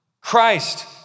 Christ